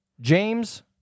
James